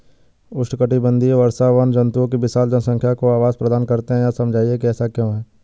उष्णकटिबंधीय वर्षावन जंतुओं की विशाल जनसंख्या को आवास प्रदान करते हैं यह समझाइए कि ऐसा क्यों है?